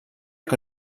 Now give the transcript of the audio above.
que